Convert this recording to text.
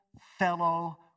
fellow